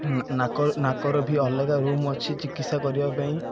ନାକର ବି ଅଲଗା ରୁମ୍ ଅଛି ଚିକିତ୍ସା କରିବା ପାଇଁ